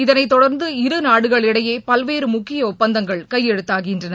இதனை தொடர்ந்து இரு நாடுகளிடையே பல்வேறு முக்கிய ஒப்பந்தங்கள் கையெழுத்தாகின்றன